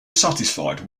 satisfied